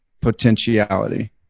potentiality